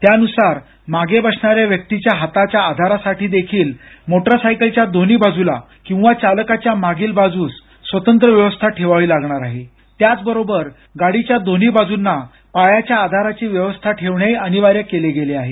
त्यानुसार मागे बसणाऱ्या व्यक्तीच्या हाताच्या आधारासाठी देखील मोटारसायकलच्या दोन्ही बाजूला किंवा चालकाच्या मागील बाजूस स्वतंत्र व्यवस्था ठेवावी लागणार आहे त्याचबरोबर गाडीच्या दोन्ही बाजूला पायांच्या आधाराची व्यवस्था असणे अनिवार्य केले गेले आहे